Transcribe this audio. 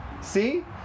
See